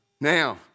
Now